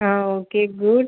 ah okay good